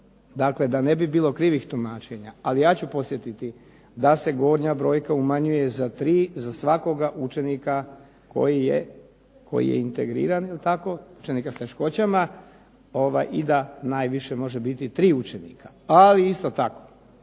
Dakle, da ne bi bilo krivih tumačenja. Ali ja ću podsjetiti da se gornja brojka umanjuje za tri za svakoga učenika koji je integriran, jel' tako, učenika s teškoćama i da najviše može biti tri učenika. Ali isto tako,